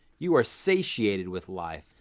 you are satiated with life,